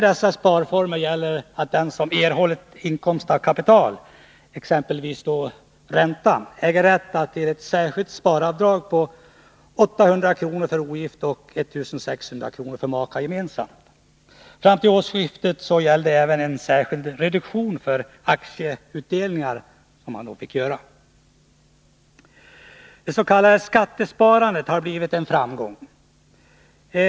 Dessutom gäller att den som har erhållit inkomst av kapital, exempelvis ränta, äger rätt till ett särskilt sparavdrag: 800 kr. för ogift och 1 600 kr. för makar gemensamt. Fram till årsskiftet gällde även att det fick göras en särskild reduktion på aktieutdelningar. skattesparandet har blivit en framgång.